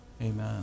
Amen